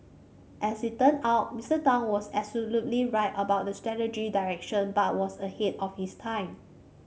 as it turned out Mister Tang was absolutely right about the strategic direction but was ahead of his time